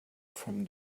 from